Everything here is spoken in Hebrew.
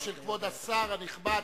של כבוד השר הנכבד,